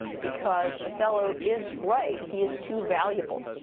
because othello is right. he is too valuable,